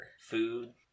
food